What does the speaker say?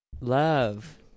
Love